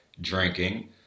drinking